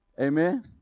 Amen